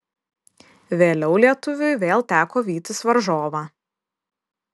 vėliau lietuviui vėl teko vytis varžovą